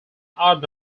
odd